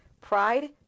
Pride